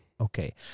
Okay